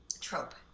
Trope